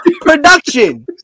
production